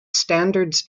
standards